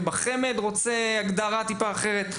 ובחמ"ד רוצה הגדרה טיפה אחרת.